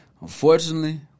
Unfortunately